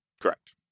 correct